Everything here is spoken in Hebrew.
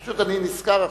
פשוט אני נזכר עכשיו.